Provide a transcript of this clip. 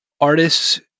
artists